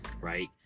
right